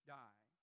die